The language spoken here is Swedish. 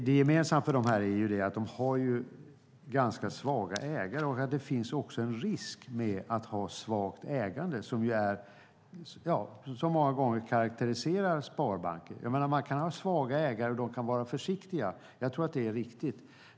Det gemensamma för dem är ju att de har ganska svaga ägare, och det finns en risk med att ha svagt ägande som många gånger karakteriserar sparbanker. Man kan ha svaga ägare, och de kan vara försiktiga. Jag tror att det är riktigt.